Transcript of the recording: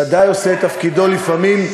ודאי עושה את תפקידו לפעמים,